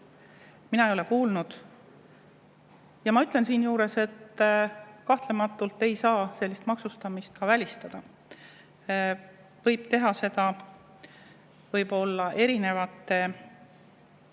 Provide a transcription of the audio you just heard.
mina ei ole kuulnud. Ma ütlen siinjuures, et kahtlemata ei saa sellist maksustamist ka välistada. Seda võib teha võib-olla erinevate